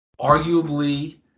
arguably